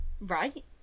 right